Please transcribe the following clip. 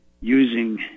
using